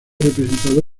representado